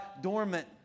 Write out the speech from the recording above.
dormant